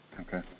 Okay